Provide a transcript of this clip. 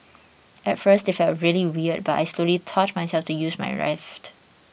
at first it felt really weird but I slowly taught myself to use my left